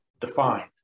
defined